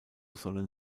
sollen